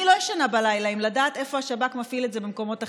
אני לא ישנה בלילה מלדעת איפה השב"כ מפעיל את זה במקומות אחרים.